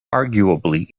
arguably